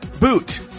boot